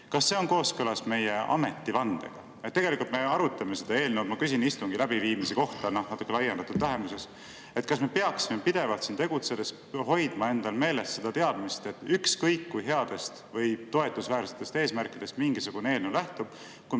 on kooskõlas meie ametivandega? Tegelikult me arutame seda eelnõu, aga ma küsin istungi läbiviimise kohta natuke laiendatud tähenduses. Kas me peaksime tegutsedes pidevalt hoidma meeles seda teadmist, et ükskõik kui headest või toetusväärsetest eesmärkidest mingisugune eelnõu ka ei lähtu, kui